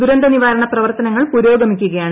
ദുരന്ത നിവാരണ പ്രവർത്തനങ്ങൾ പുരോഗമിക്കുകയാണ്